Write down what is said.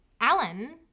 alan